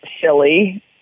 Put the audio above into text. silly